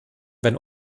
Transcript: wenn